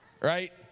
right